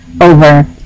over